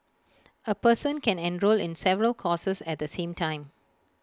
A person can enrol in several courses at the same time